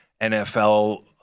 NFL